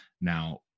Now